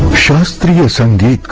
shot through sunday,